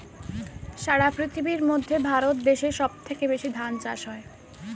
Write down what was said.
সারা পৃথিবীর মধ্যে ভারত দেশে সব থেকে বেশি ধান চাষ হয়